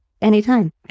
Anytime